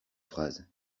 phrases